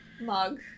mug